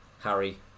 Harry